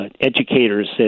educators